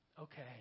Okay